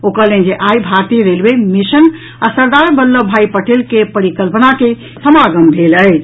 ओ कहलनि जे आइ भारतीय रेलवे मिशन आ सरदार वल्लभभाई पटेल के परिकल्पना के समागम भेल अछि